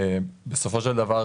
בסופו של דבר